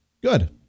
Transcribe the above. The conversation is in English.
Good